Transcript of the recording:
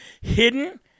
hidden